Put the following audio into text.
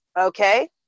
okay